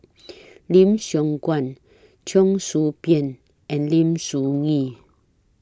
Lim Siong Guan Cheong Soo Pieng and Lim Soo Ngee